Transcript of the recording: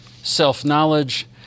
self-knowledge